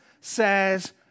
says